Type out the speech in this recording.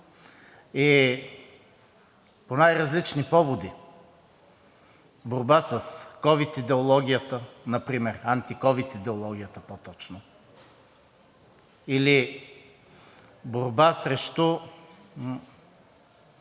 по най-различни поводи: борба с ковид идеологията например, антиковид идеологията по точно, или борба срещу